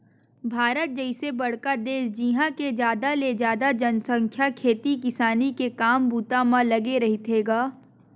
भारत जइसे बड़का देस जिहाँ के जादा ले जादा जनसंख्या खेती किसानी के काम बूता म लगे रहिथे गा